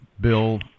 bill